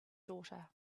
daughter